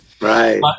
Right